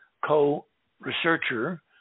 co-researcher